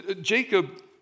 Jacob